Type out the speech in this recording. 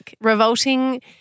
revolting